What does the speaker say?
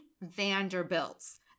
Vanderbilts